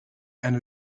and